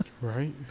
Right